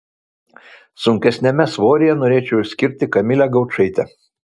sunkesniame svoryje norėčiau išskirti kamilę gaučaitę